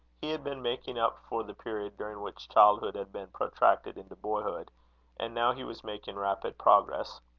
he had been making up for the period during which childhood had been protracted into boyhood and now he was making rapid progress.